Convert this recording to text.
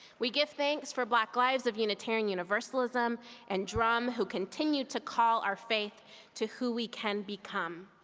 we give thanks for black lives of unitarian universalism and druumm, who continue to call our faith to who we can become.